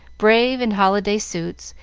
brave in holiday suits,